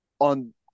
on